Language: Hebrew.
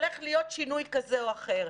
הולך להיות שינוי כזה או אחר.